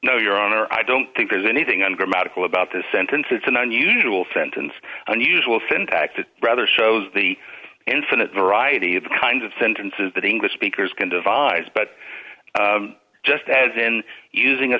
no your honor i don't think there's anything on grammatical about this sentence it's an unusual sentence unusual syntax rather shows the infinite variety of kinds of sentences that english speakers can devise but just as in using a